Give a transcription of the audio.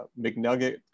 mcnugget